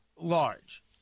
large